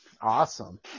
Awesome